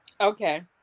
okay